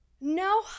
No